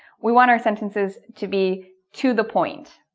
we want our sentences to be to the point.